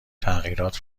تغییرات